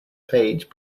page